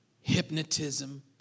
hypnotism